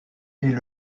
est